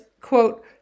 quote